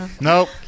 Nope